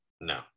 No